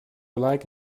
like